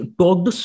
talked